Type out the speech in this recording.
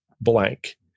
blank